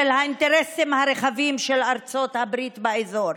האינטרסים הרחבים של ארצות הברית באזור.